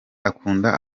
akunda